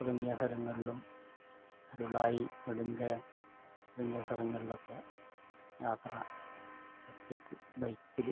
തുടങ്ങിയ സ്ഥലങ്ങളിലും അരുളായി നെട്ങ്കയം തുടങ്ങിയ സലങ്ങൾളൊക്കെ യാത്ര ഒറ്റക്ക് ബൈക്കില്